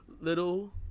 little